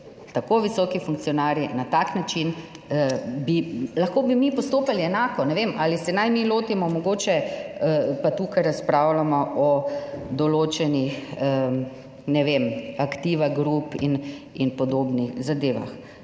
tako visoki funkcionarji na tak način.... Lahko, bi mi postopali enako. Ne vem, ali se naj mi lotimo, mogoče pa tukaj razpravljamo o določenih, ne vem, Aktiva group in podobnih zadevah.